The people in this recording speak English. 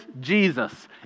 Jesus